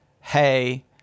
hey